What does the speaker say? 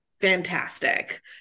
fantastic